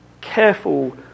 careful